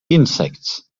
insects